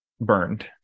burned